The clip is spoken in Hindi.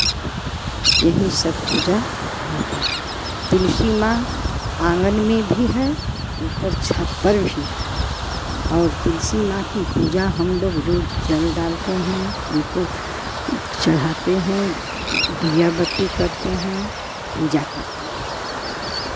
यही सब पूजा होता है तुलसी माँ आँगन में भी है ऊपर छत पर भी है और तुलसी माँ की पूजा हम लोग रोज़ जल डालते हैं उनको चढ़ाते हैं दिया बत्ती करते हैं पूजा करते हैं